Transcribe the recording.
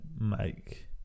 make